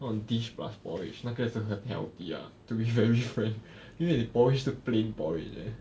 那种 dish plus porridge 那个是很 healthy ah to be very frank 因为你的 porridge 是 plain porridge leh